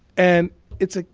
and it's ah